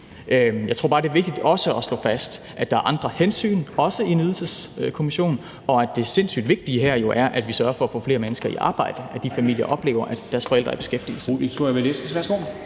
Jeg tror bare, det er vigtigt også at slå fast, at der er andre hensyn, også i en Ydelseskommission, og at det sindssyg vigtige her jo er, at vi sørger for at få flere mennesker i arbejde, og at børn i de familier oplever, at deres forældre er i beskæftigelse.